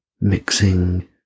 mixing